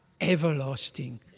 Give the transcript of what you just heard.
everlasting